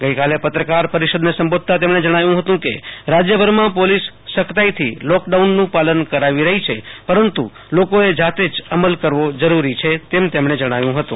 ગઈકાલે પત્રકાર પરિષદને સંબોધતાં તેમણે જણાવ્ય હતું કે રાજયભર માં પોલીસ સખતાઈથી લોકડાઉનનું પાલન કરાવી રહી છે પરંતુ લોકોએ જાતે જ અમલ કરવો જરૂરો છે તેમ તમણે જણાવ્યું હતું